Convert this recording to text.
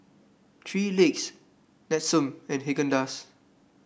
Three Legs Nestum and Haagen Dazs